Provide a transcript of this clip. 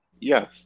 Yes